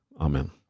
Amen